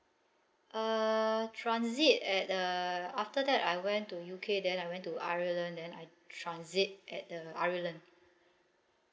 uh transit at uh after that I went to U_K then I went to ireland then I transit at the ireland